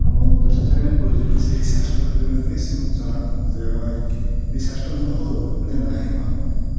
অঁ মই যথেষ্টখিনি প্ৰয়োজন হৈছে এই ৰিচাৰ্জটো সেইকাৰণে প্লিজ মোক জনাওঁক যে মই ৰিচাৰ্জটো মোৰ হ'ল নে নাই হোৱা